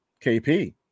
KP